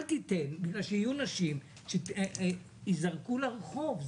אל תיתן שיהיו נשים שייזרקו לרחוב.